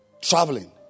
traveling